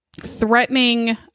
threatening